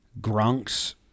Grunks